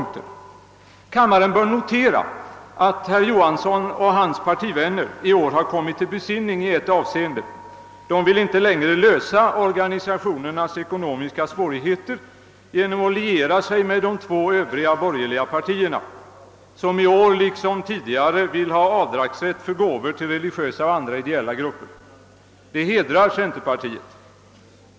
Kammaren bör notera, att herr Johansson och hans partivänner i år har kommit till besinning i ett avseende. De vill inte längre lösa organisationernas ckonomiska svårigheter genom att liera sig med de två övriga borgerliga partierna, som i år liksom tidigare vill ha avdragsrätt för gåvor till religiösa och andra ideella grupper. Det hedrar centerpartiet.